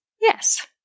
Yes